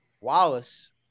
Wallace